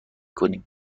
کنیم